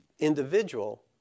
Individual